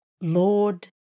Lord